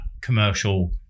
commercial